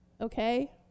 okay